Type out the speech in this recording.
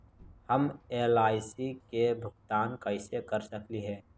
हम एल.आई.सी के भुगतान कैसे कर सकली हे?